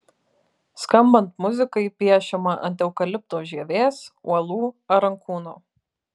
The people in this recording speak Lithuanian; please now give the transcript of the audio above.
skambant muzikai piešiama ant eukalipto žievės uolų ar ant kūno